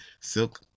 silk